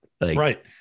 Right